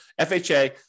FHA